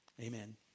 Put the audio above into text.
Amen